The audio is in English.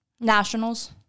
nationals